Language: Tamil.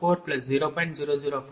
0050